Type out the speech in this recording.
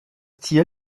tier